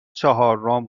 چهارم